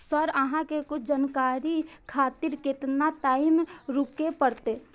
Sir अहाँ से कुछ जानकारी खातिर केतना टाईम रुके परतें?